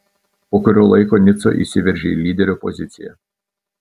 po kurio laiko nico įsiveržė į lyderio poziciją